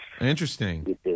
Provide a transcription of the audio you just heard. Interesting